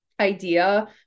idea